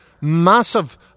Massive